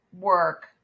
work